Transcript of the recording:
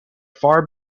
far